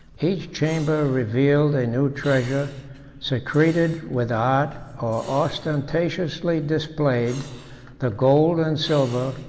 each chamber revealed a new treasure secreted with art, or ostentatiously displayed the gold and silver,